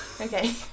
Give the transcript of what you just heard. Okay